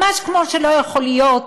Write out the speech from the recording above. ממש כמו שלא יכול להיות